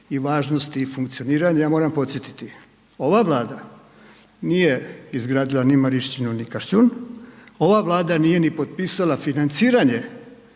i važnosti i funkcioniranja, ja moramo podsjetiti, ova Vlada nije izgradila ni Marišćinu ni Kaštijun, ova Vlada nije ni potpisala financiranje